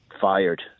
fired